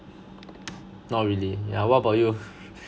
not really yeah what about you